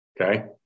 okay